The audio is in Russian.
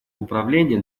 управления